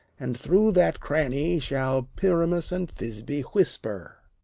and through that cranny shall pyramus and thisby whisper.